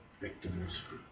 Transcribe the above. victims